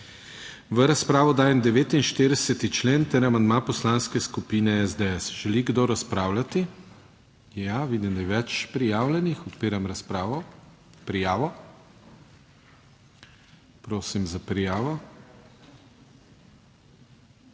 V razpravo dajem 49. člen ter amandma Poslanske skupine SDS. Želi kdo razpravljati? Ja, vidim, da je več prijavljenih, odpiram prijavo, prosim za prijavo.